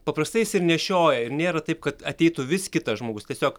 paprastai jis ir nešioja ir nėra taip kad ateitų vis kitas žmogus tiesiog